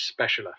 specialer